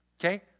Okay